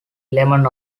lemon